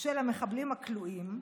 של המחבלים הכלואים,